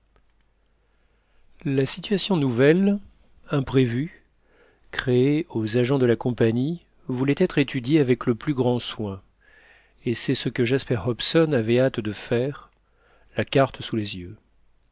la situation nouvelle imprévue créée aux agents de la compagnie voulait être étudiée avec le plus grand soin et c'est ce que jasper hobson avait hâte de faire la carte sous les yeux